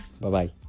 Bye-bye